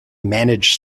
managed